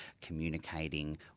communicating